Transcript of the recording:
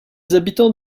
habitants